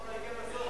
אי-אפשר.